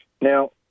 Now